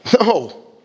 No